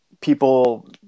People